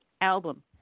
album